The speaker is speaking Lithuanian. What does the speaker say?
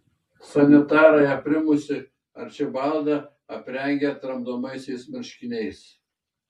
sanitarai aprimusį arčibaldą aprengė tramdomaisiais marškiniais